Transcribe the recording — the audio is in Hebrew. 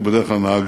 הוא בדרך כלל נהג